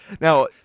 Now